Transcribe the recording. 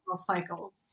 cycles